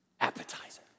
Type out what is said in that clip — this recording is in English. appetizer